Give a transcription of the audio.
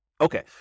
Okay